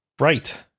Right